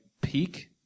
peak